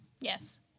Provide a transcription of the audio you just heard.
Yes